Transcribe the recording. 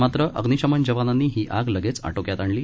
मात्र अग्निशमन जवानांनी ही आग लगेच आटोक्यात आणली